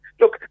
Look